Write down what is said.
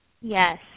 Yes